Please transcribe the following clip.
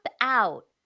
out